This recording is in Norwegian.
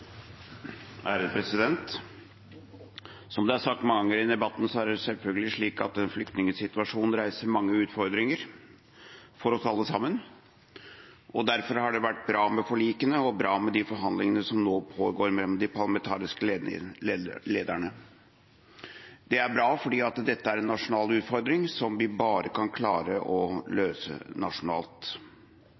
det selvfølgelig slik at flyktningsituasjonen reiser mange utfordringer for oss alle sammen. Derfor har det vært bra med forlikene og bra med de forhandlingene som nå pågår mellom de parlamentariske lederne. Det er bra, for dette er en nasjonal utfordring som vi bare kan klare å løse nasjonalt.